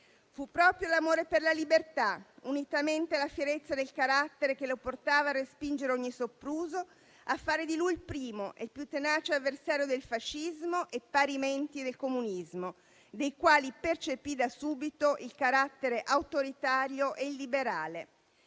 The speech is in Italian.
Fu proprio l'amore per la libertà, unitamente alla fierezza del carattere, che lo portava a respingere ogni sopruso, a fare di lui il primo e più tenace avversario del fascismo e parimenti del comunismo, dei quali percepì da subito il carattere autoritario e illiberale.